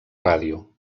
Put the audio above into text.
ràdio